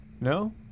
No